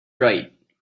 right